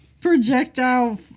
Projectile